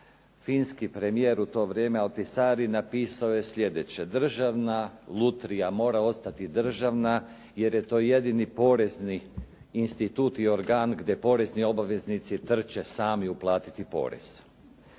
finski premijer u to vrijeme Altisari napisao je slijedeće: "Državna lutrija mora ostati državna, jer je to jedini porezni institut i organ gdje porezni obaveznici trče sami uplatiti porez."